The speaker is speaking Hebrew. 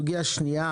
סוגיה שנייה